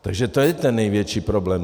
Takže to je ten největší problém.